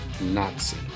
Nazi